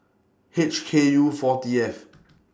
H K U four T F